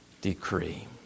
decree